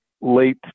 late